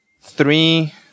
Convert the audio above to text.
three